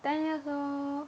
ten years old